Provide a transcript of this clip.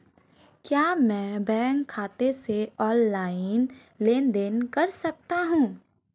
क्या मैं बैंक खाते से ऑनलाइन लेनदेन कर सकता हूं?